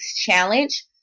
Challenge